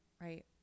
right